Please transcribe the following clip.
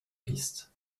pistes